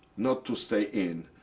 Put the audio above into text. not to stay in.